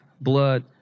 blood